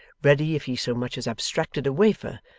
ready, if he so much as abstracted a wafer,